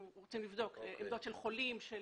אנחנו רוצים לבדוק עמדות של חולים ושל